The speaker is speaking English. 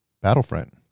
Battlefront